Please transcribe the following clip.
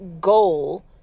goal